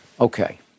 Okay